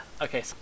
Okay